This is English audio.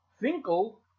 Finkel